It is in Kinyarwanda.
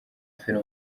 filime